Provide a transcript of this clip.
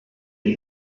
une